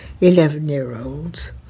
eleven-year-olds